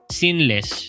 sinless